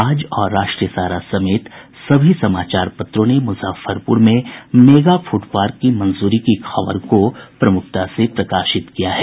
आज और राष्ट्रीय सहारा समेत सभी समाचार पत्रों ने मुजफ्फरपुर में मेगा फूड पार्क की मंजूरी की खबर को प्रमुखता से प्रकाशित किया है